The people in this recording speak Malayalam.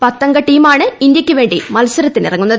പത്തംഗ ഇന്ത്യക്ക് വേണ്ടി മത്സരത്തിനിറങ്ങുന്നത്